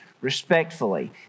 respectfully